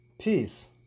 peace